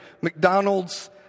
McDonald's